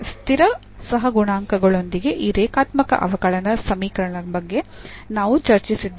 ಸ್ಥಿರ ಸಹಗುಣಾಂಕಗಳೊಂದಿಗೆ ಈ ರೇಖಾತ್ಮಕ ಅವಕಲನ ಸಮೀಕರಣಗಳ ಬಗ್ಗೆ ನಾವು ಚರ್ಚಿಸಿದ್ದೇವೆ